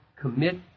commit